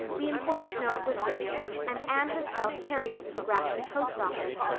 the important note was written and anne herself carried it to the grafton post office,